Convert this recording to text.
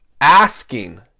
asking